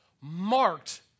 marked